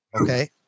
Okay